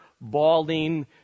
balding